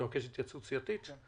אתה מבקש התייעצות סיעתית?